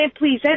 please